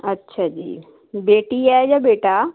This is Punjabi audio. ਅੱਛਾ ਜੀ ਬੇਟੀ ਹੈ ਜਾਂ ਬੇਟਾ